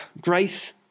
grace